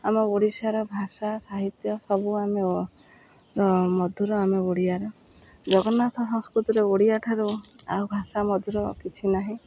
ଆମ ଓଡ଼ିଶାର ଭାଷା ସାହିତ୍ୟ ସବୁ ଆମେ ମଧୁର ଆମେ ଓଡ଼ିଆର ଜଗନ୍ନାଥ ସଂସ୍କୃତିରେ ଓଡ଼ିଆ ଠାରୁ ଆଉ ଭାଷା ମଧୁର କିଛି ନାହିଁ